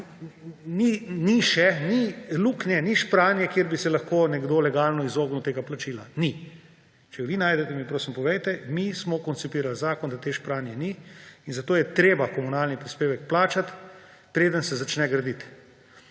skratka, ni luknje, ni špranje, kjer bi se lahko nekdo legalno izognil temu plačilu. Ni. Če jo vi najdete, mi, prosim, povejte, mi smo koncipirali zakon, da te špranje ni, in zato je treba komunalni prispevek plačati, preden se začne graditi.